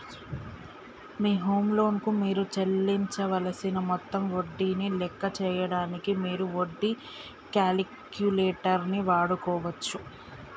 మీ home loan కు మీరు చెల్లించవలసిన మొత్తం వడ్డీని లెక్క చేయడానికి మీరు వడ్డీ క్యాలిక్యులేటర్ వాడుకోవచ్చు